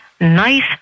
nice